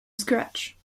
scratch